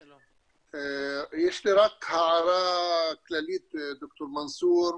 יש לי רק הערה כללית, ד"ר מנסור.